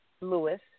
Lewis